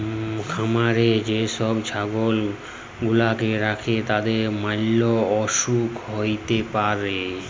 খামারে যে সব ছাগল গুলাকে রাখে তাদের ম্যালা অসুখ হ্যতে পারে